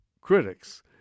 critics